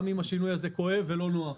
גם אם השינוי הזה כואב ולא נוח.